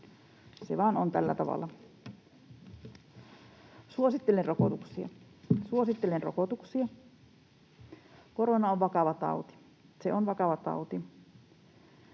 Suosittelen rokotuksia — suosittelen rokotuksia. Korona on vakava tauti. Se on vakava tauti.